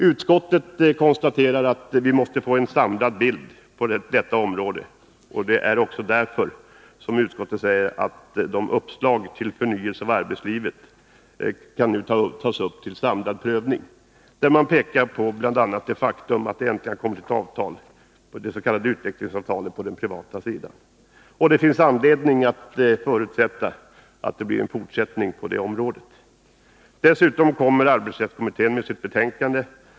Utskottet konstaterar att vi måste få en samlad bild på detta område, och det är också därför som utskottet säger att uppslagen till en förnyelse av arbetslivet kan tas upp till en samlad prövning. Utskottet pekar på bl.a. det faktum att det äntligen har kommit ett avtal, det s.k. utvecklingsavtalet, på den privata sidan. Det finns anledning att förutsätta att det blir en fortsättning på detta område. Dessutom kommer arbetsrättskommittén med sitt betänkande.